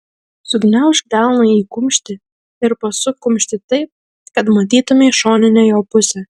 sugniaužk delną į kumštį ir pasuk kumštį taip kad matytumei šoninę jo pusę